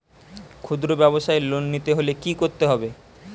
খুদ্রব্যাবসায় লোন নিতে হলে কি করতে হবে?